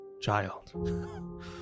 Child